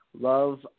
love